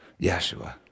Yeshua